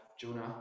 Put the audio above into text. Jonah